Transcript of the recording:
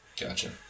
Gotcha